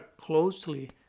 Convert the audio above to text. closely